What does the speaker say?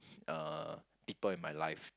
uh people in my life